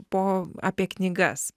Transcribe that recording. po apie knygas